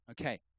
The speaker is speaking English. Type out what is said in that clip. Okay